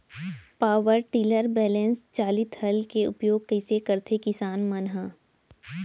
Power tiller balance चालित हल के उपयोग कइसे करथें किसान मन ह?